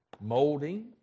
molding